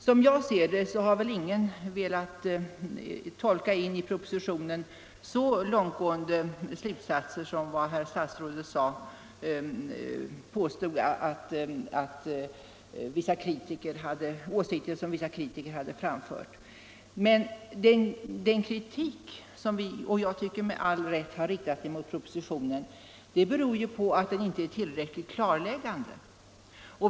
Som jag ser det har väl ingen velat tolka in i propositionen så långtgående åsikter som vad herr statsrådet påstod att vissa kritiker hade gjort. Men den kritik som vi — och jag tycker med all rätt — har riktat mot propositionen beror ju på att propositionen inte är tillräckligt klarläggande.